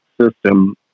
system